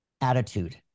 attitude